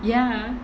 ya